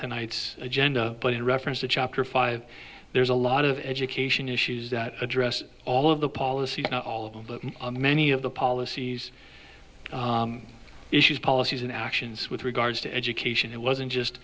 tonight's agenda but in reference to chapter five there's a lot of education issues that address all of the policy all of them many of the policies issues policies and actions with regards to education it wasn't just